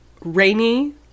Rainy